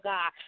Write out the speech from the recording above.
God